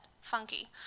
Funky